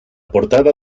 portada